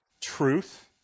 Truth